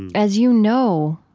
as you know,